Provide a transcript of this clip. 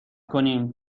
کنیم